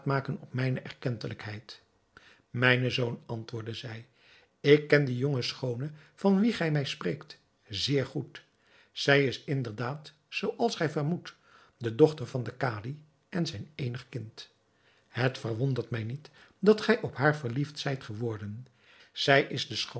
op mijne erkentelijkheid mijn zoon antwoordde zij ik ken die jonge schoone van wie gij mij spreekt zeer goed zij is inderdaad zoo als gij vermoedt de dochter van den kadi en zijn eenig kind het verwondert mij niet dat gij op haar verliefd zijt geworden zij is de